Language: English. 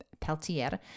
Peltier